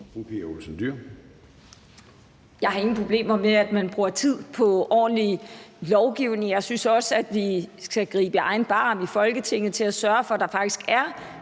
Jeg har ingen problemer med, at man bruger tid på ordentlig lovgivning. Jeg synes også, at vi i Folketinget skal gribe i egen barm og sørge for, at der faktisk er